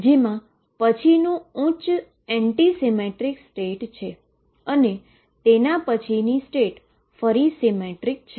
જેના પછીનુ ઉચ્ચ વિસંગત સ્ટેટ છે અને તેના પછીની ઉચ્ચ સ્ટેટ ફરી સીમેટ્રીક છે